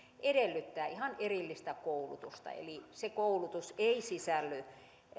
edellyttää ihan erillistä koulutusta eli se koulutus ei sisälly